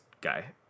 guy